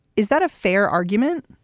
is that a fair argument?